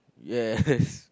yes